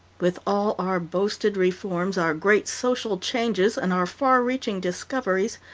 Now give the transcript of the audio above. with all our boasted reforms, our great social changes, and our far-reaching discoveries,